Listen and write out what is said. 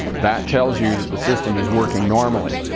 that tells you that the system is working normally.